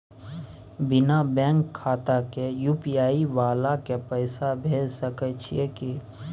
बिना बैंक खाता के यु.पी.आई वाला के पैसा भेज सकै छिए की?